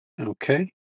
Okay